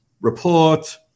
report